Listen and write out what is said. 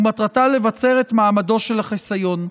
ומטרתה לבצר את מעמדו של החיסיון.